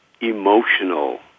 emotional